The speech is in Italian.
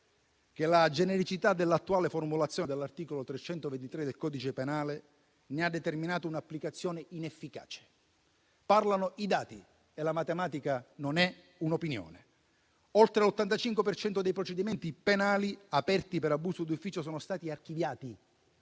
che la genericità dell'attuale formulazione dell'articolo 323 del codice penale ne ha determinato un'applicazione inefficace. Parlano i dati, e la matematica non è un'opinione. Oltre l'85 per cento dei procedimenti penali aperti per abuso d'ufficio è stato archiviato.